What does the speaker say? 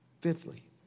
Fifthly